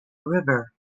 river